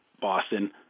Boston